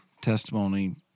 testimony